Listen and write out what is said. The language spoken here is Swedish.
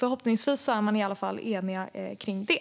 Förhoppningsvis är man i alla fall enig kring det.